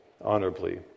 honorably